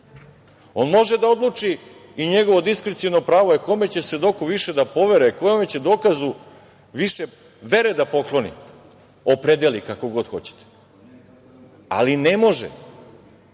On može da odluči i njegovo diskreciono pravo je kom će svedoku više da poveruje, kom će dokazu više vere da pokloni, opredeli, kako god hoćete, ali ne može